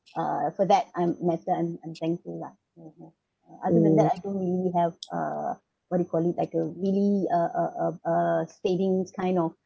uh for that I'm better and I'm thankful lah so uh other than I don't really have uh what do you call it like a really uh savings kind of